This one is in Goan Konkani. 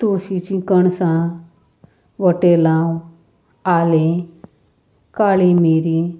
तुळशीचीं कणसां वटेलांव आलें काळी मिरी